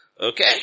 okay